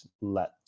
let